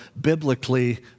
biblically